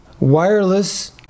wireless